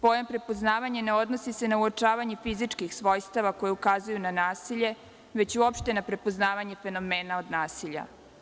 Pojam prepoznavanja ne odnosi se na uočavanje fizičkih svojstava koji ukazuju na nasilje, već uopšte na prepoznavanje fenomena od nasilja.